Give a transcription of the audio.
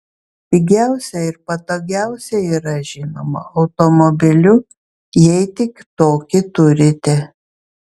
pigiausia ir patogiausia yra žinoma automobiliu jei tik tokį turite